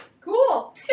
Cool